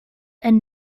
and